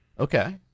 Okay